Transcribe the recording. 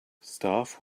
staff